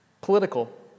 Political